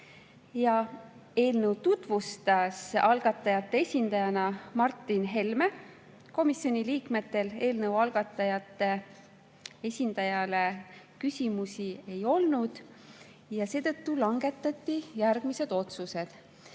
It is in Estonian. Eelnõu tutvustas algatajate esindajana Martin Helme. Komisjoni liikmetel eelnõu algatajate esindajale küsimusi ei olnud ja seetõttu langetati järgmised otsused.